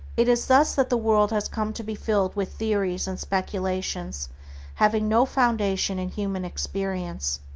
it is thus that the world has come to be filled with theories and speculations having no foundation in human experience.